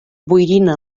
boirina